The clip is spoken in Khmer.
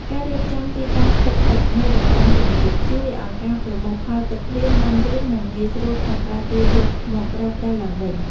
ការរៀបចំទីតាំងផ្ទុកទឹកនៅតំបន់ទំនាបជួយឱ្យការប្រមូលផលទឹកភ្លៀងបានលឿន និងងាយស្រួលក្នុងការទាញយកមកប្រើប្រាស់ឡើងវិញ។